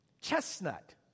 Chestnut